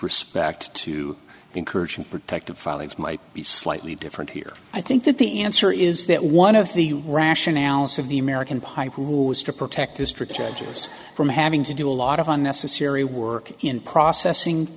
respect to encouraging protective filings might be slightly different here i think that the answer is that one of the rationales of the american pipe who is to protect district judges from having to do a lot of unnecessary work in processing